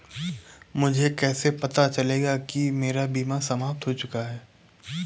मुझे कैसे पता चलेगा कि मेरा बीमा समाप्त हो गया है?